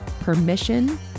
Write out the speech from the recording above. permission